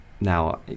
Now